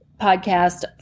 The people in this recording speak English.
podcast